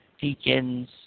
deacons